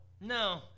No